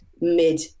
mid